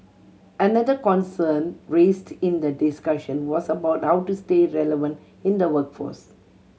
another concern raised in the discussion was about how to stay relevant in the workforce